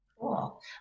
Cool